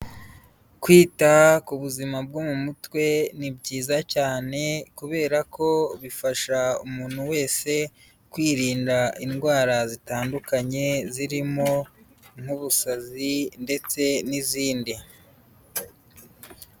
Kwita ku buzima bwo mu mutwe ni byiza cyane kubera ko bifasha umuntu wese kwirinda indwara zitandukanye zirimo nk'ubusazi ndetse n'izindi.